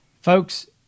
folks